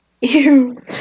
Ew